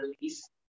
release